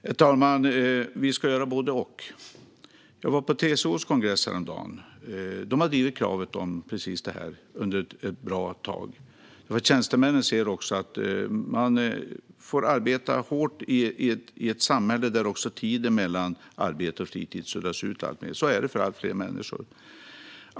Herr talman! Vi ska göra både och. Jag var på TCO:s kongress häromdagen. De har drivit kravet ett bra tag. Tjänstemännen anser att man får arbeta hårt i ett samhälle där också tidsgränsen mellan arbete och fritid suddas ut alltmer. Så är det för allt fler människor.